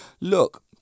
Look